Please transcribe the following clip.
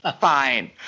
Fine